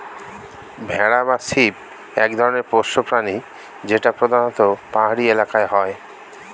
ভেড়া বা শিপ এক ধরনের পোষ্য প্রাণী যেটা প্রধানত পাহাড়ি এলাকায় হয়